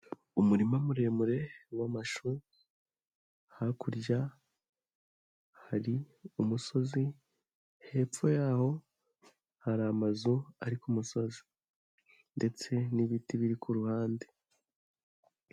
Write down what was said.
Umurima muremure w'amashu hakurya hari umusozi, hepfo yaho hari amazu ari ku musozi ndetse n'ibiti biri ku ruhande.